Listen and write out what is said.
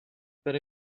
per